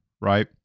right